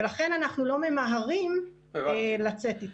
לכן אנחנו לא ממהרים לצאת אתה.